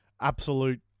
Absolute